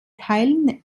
teilen